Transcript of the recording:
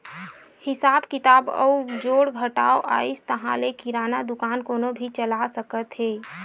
हिसाब किताब अउ जोड़ घटाव अइस ताहाँले किराना दुकान कोनो भी चला सकत हे